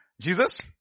Jesus